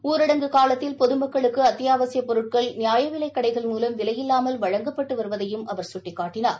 ஊரடங்கு காலத்தில் பொதுமக்களுக்கு அத்தியாவசியப் பொருட்கள் நியாவிலைக் கடைகள் மூலம் விலையில்லாமல் வழங்கப்பட்டு வருவதையும் அவர் சுட்டிக்காட்டினார்